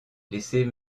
laissez